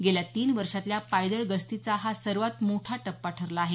गेल्या तीन वर्षातल्या पायदळ गस्तीचा हा सर्वात मोठा टप्पा ठरला आहे